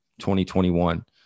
2021